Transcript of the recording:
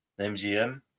MGM